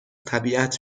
طبیعت